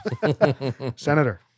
Senator